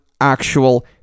actual